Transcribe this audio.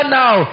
now